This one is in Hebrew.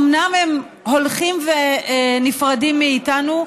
אומנם הם הולכים ונפרדים מאיתנו,